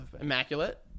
immaculate